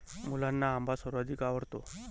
मुलांना आंबा सर्वाधिक आवडतो